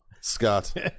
Scott